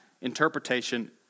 interpretation